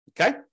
Okay